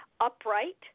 upright